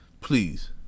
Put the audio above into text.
please